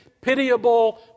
pitiable